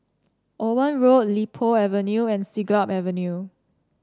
Owen Road Li Po Avenue and Siglap Avenue